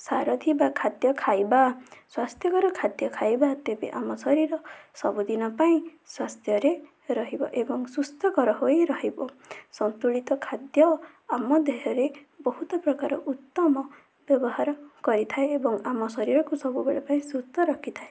ସାର ଥିବା ଖାଦ୍ୟ ଖାଇବା ସ୍ୱାସ୍ଥ୍ୟକର ଖାଦ୍ୟ ଖାଇବା ତେବେ ଆମ ଶରୀର ସବୁଦିନ ପାଇଁ ସ୍ୱାସ୍ଥ୍ୟରେ ରହିବ ଏବଂ ସୁସ୍ଥକର ହୋଇ ରହିବ ସନ୍ତୁଳିତ ଖାଦ୍ୟ ଆମ ଦେହରେ ବହୁତ ପ୍ରକାର ଉତ୍ତମ ବ୍ୟବହାର କରିଥାଏ ଏବଂ ଆମ ଶରୀରକୁ ସବୁବେଳ ପାଇଁ ସୁସ୍ଥ ରଖିଥାଏ